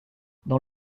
dans